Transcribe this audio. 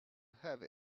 have